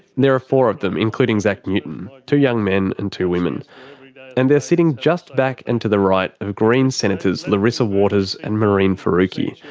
there are four of them, including zack newton two young men and two women and they're sitting just back and to the right of greens senators larissa waters and mehreen faruqi.